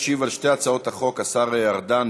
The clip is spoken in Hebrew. ישיב על שתי הצעות החוק השר ארדן,